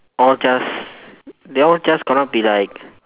all just they all just gonna be like